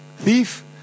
thief